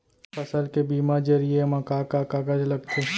फसल के बीमा जरिए मा का का कागज लगथे?